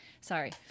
sorry